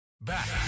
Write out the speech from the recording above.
back